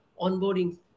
onboarding